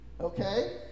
Okay